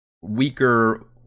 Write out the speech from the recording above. weaker